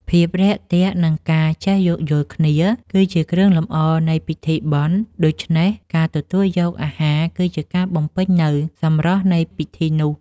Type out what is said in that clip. ភាពរាក់ទាក់ និងការចេះយោគយល់គ្នា គឺជាគ្រឿងលម្អនៃពិធីបុណ្យ ដូច្នេះការទទួលយកអាហារគឺជាការបំពេញនូវសម្រស់នៃពិធីនោះ។